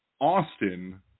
Austin